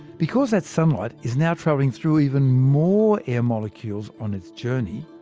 because that sunlight is now travelling through even more air molecules on its journey,